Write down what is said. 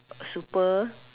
super